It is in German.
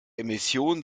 emissionen